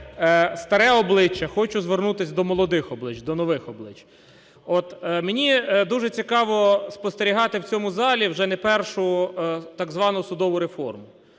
старе обличчя хочу звернутися до молодих облич, до нових облич. От мені дуже цікаво спостерігати в цьому залі вже не першу так звану судову реформу.